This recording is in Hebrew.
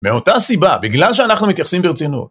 מאותה סיבה, בגלל שאנחנו מתייחסים ברצינות.